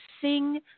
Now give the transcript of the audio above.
Sing